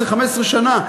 15 שנה.